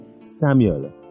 Samuel